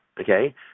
Okay